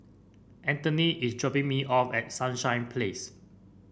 Antony is dropping me off at Sunshine Place